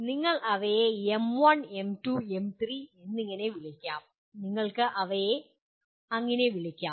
നിങ്ങൾക്ക് അവയെ M1 M2 M3 എന്നിങ്ങനെ വിളിക്കാം